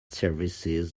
services